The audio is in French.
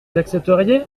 accepteriez